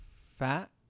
Fat